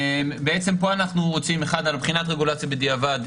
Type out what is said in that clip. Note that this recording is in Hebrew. פה זה רגולציה בדיעבד,